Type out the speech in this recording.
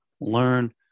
Learn